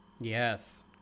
Yes